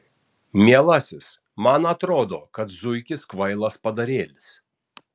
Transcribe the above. mielasis man atrodo kad zuikis kvailas padarėlis